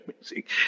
music